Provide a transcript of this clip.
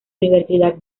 universidad